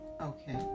Okay